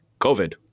covid